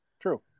True